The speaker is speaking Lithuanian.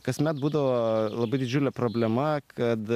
kasmet būdavo labai didžiulė problema kad